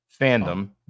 fandom